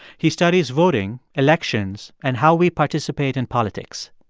he studies voting, elections and how we participate in politics.